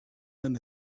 than